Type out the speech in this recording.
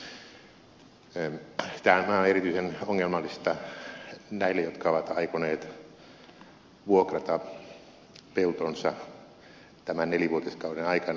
tämä on erityisen ongelmallista näille jotka ovat aikoneet vuokrata peltonsa tämän nelivuotiskauden aikana